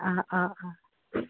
অঁ অঁ অঁ